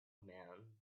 man